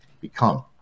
become